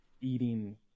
eating